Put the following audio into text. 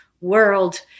world